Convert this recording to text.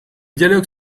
dialogue